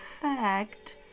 fact